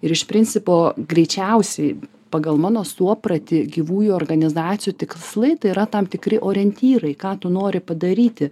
ir iš principo greičiausiai pagal mano suopratį gyvųjų organizacijų tikslai tai yra tam tikri orientyrai ką tu nori padaryti